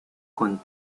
con